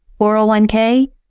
401k